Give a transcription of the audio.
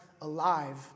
alive